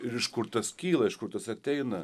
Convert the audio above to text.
ir iš kur tas kyla iš kur tas ateina